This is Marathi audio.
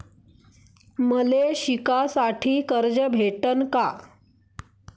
मले शिकासाठी कर्ज भेटन का?